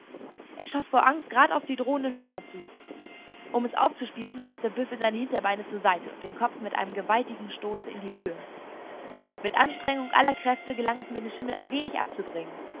es schoß vor angst grad auf die drohenden hörner zu um es aufzuspießen warf der büffel seine hinterbeine zur seite und den kopf mit einem gewaltigen stoße in die höhe mit anstrengung aller kräfte gelang es mir den schimmel ein wenig abzubringen